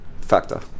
factor